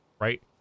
right